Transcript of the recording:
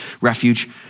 refuge